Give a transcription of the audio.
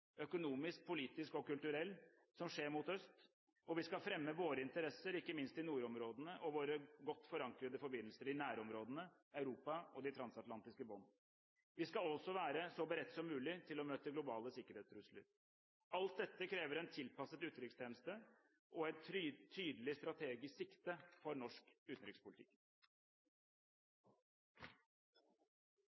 økonomisk, politisk og kulturell – som skjer mot øst, og vi skal fremme våre interesser, ikke minst i nordområdene, og våre godt forankrede forbindelser i nærområdene, Europa, og de transatlantiske bånd. Vi skal også være så beredt som mulig til å møte globale sikkerhetstrusler. Alt dette krever en tilpasset utenrikstjeneste og et tydelig strategisk sikte for norsk utenrikspolitikk.